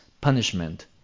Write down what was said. punishment